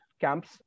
camps